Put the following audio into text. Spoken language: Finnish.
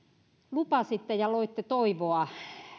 lupasitte ja loitte toivoa